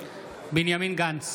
בנימין גנץ,